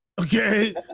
Okay